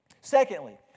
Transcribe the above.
Secondly